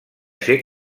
ser